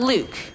Luke